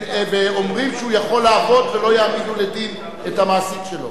ואומרים שהוא יכול לעבוד ולא יעמידו לדין את המעסיק שלו.